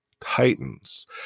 Titans